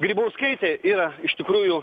grybauskaitė yra iš tikrųjų